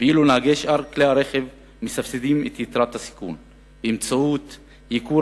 ואילו נהגי שאר כלי הרכב מסבסדים את יתרת הסיכון באמצעות ייקור